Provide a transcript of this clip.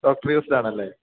ഒക്ടറൈസ്ഡാണല്ലേ